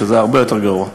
שזה הרבה יותר גרוע.